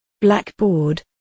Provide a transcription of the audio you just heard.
Blackboard